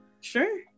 Sure